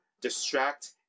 distract